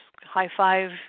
high-five